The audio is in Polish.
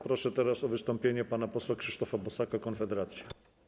Proszę teraz o wystąpienie pana posła Krzysztofa Bosaka, Konfederacja.